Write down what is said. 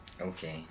Okay